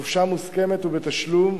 חופשה מוסכמת ובתשלום,